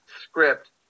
script